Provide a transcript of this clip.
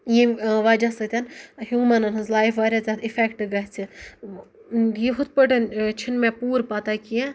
یٔمۍ وَجہہ سۭتۍ ہیومَنَن ہِنٛز لایِف واریاہ زیادٕ اِفیٚکٹہِ گَژھِ یہِ ہُتھ پٲٹھۍ چھُنہِ مےٚ پوٗرٕ پَتہ کینٛہہ